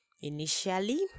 initially